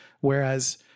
Whereas